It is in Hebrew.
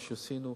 מה שעשינו,